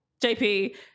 JP